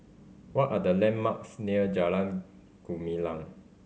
what are the landmarks near Jalan Gumilang